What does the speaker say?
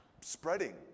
spreading